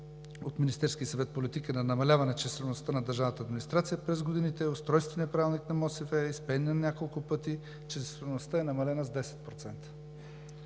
от Министерския съвет политика на намаляване числеността на държавната администрация през годините, Устройствения правилник на МОСВ, изменян няколко пъти, числеността е намалена с 10%.